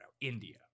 India